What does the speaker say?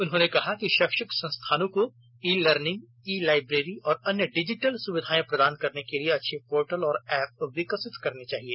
उन्होंने कहा है कि शैक्षिक संस्थानों को ई लर्निंग ई लाइब्रेरी और अन्य डिजिटल सुविधाएं प्रदान करने के लिए अच्छे पोर्टल और एप विकसित करने चाहिए